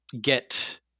get